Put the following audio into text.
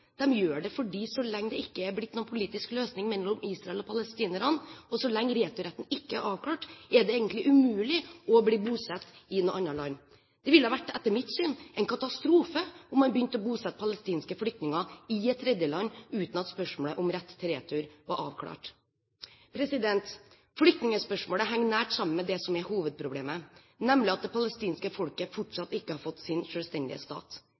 gjør det fordi så lenge det ikke er blitt noen politisk løsning mellom Israel og palestinerne, og så lenge returretten ikke er avklart, er det egentlig umulig å bli bosatt i noe annet land. Det ville etter mitt syn vært en katastrofe om man begynte å bosette palestinske flyktninger i et tredjeland uten at spørsmålet om rett til retur var avklart. Flyktningspørsmålet henger nært sammen med det som er hovedproblemet, nemlig at det palestinske folket fortsatt ikke har fått sin selvstendige stat.